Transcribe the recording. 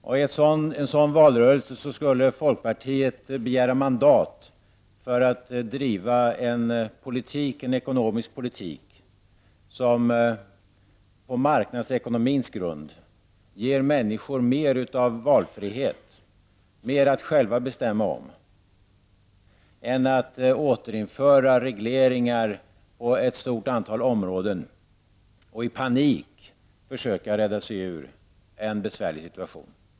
I en sådan valrörelse skulle folkpartiet begära mandat för att driva en ekonomisk politik som på marknadsekonomins grund ger människor mer av valfrihet, mer att själva bestämma om, än om man återinför regleringar på ett stort antal områden och i panik försöker rädda sig ur en besvärlig situation.